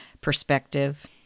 perspective